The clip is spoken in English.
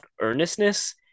earnestness